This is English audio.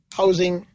housing